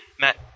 Matt